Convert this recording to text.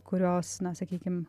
kurios na sakykim